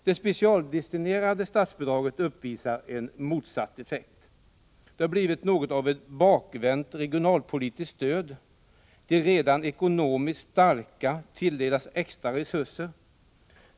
De specialdestinerade statsbidragen uppvisar en motsatt effekt. De har blivit något av ett bakvänt regionalpolitiskt stöd. De redan ekonomiskt starka tilldelas extra resurser.